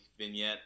vignette